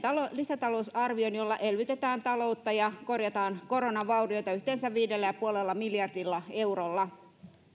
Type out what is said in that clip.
lisätalousarvion jolla elvytetään taloutta ja korjataan koronan vaurioita yhteensä viidellä ja puolella miljardilla eurolla